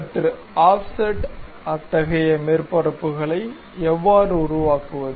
சற்று ஆஃப்செட் அத்தகைய மேற்பரப்புகளை எவ்வாறு உருவாக்குவது